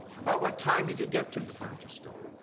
about what time did you get to the furniture store?